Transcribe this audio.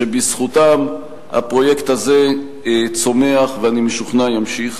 שבזכותם הפרויקט הזה צומח, ואני משוכנע, ימשיך